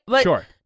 Sure